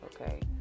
okay